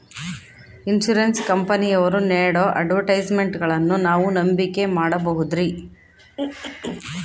Insurance ಕಂಪನಿಯವರು ನೇಡೋ ಅಡ್ವರ್ಟೈಸ್ಮೆಂಟ್ಗಳನ್ನು ನಾವು ನಂಬಿಕೆ ಮಾಡಬಹುದ್ರಿ?